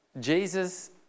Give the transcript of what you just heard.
Jesus